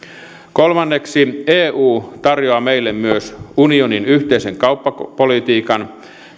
kolmanneksi eu tarjoaa meille myös unionin yhteisen kauppapolitiikan